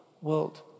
world